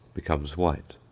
becomes white.